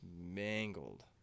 mangled